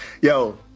Yo